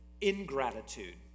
ingratitude